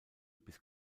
bis